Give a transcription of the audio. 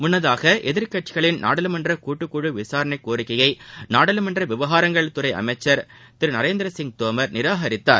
முன்னதாக எதிர்க்கட்சிகளின் நாடாளுமன்ற கூட்டுக்குழு விசாரணை கோரிக்கையை நாடாளுமன்ற விவகாரங்கள் துறை அமைச்சர் திரு நரேந்திரசிய் தோமர் நிராகரித்தார்